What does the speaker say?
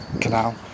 Canal